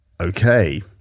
Okay